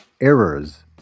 errors